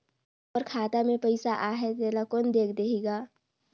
मोर खाता मे पइसा आहाय तेला कोन देख देही गा?